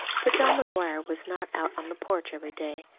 for john mcguire was not out on the porch every day.